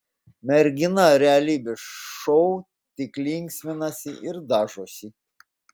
mergina realybės šou tik linksminasi ir dažosi